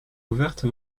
ouverte